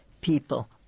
People